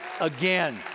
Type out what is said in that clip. again